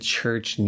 Church